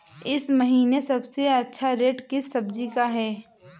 इस महीने सबसे अच्छा रेट किस सब्जी का है?